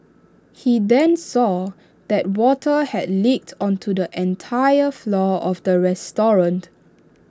he then saw that water had leaked onto the entire floor of the restaurant